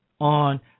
on